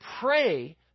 pray